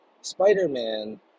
Spider-Man